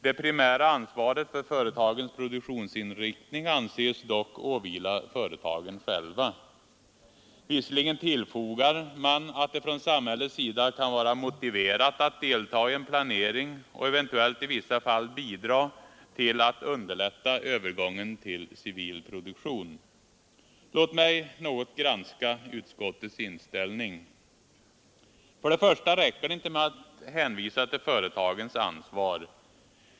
Det primära ansvaret för företagens produktionsinriktning anses dock åvila företagen själva även om man tillfogar att det från samhällets sida kan vara ”motiverat att delta i en planering och eventuellt i vissa fall bidra till att underlätta övergången till civil produktion”. Låt mig något granska utskottets inställning. För det första räcker det inte med att hänvisa till företagens ansvar.